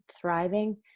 thriving